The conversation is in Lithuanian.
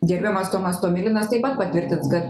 gerbiamas tomas tomilinas taip pat patvirtins kad